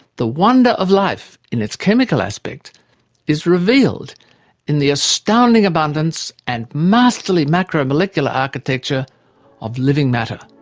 the wonder of life in its chemical aspect is revealed in the astounding abundance and masterly macromolecular architecture of living matter.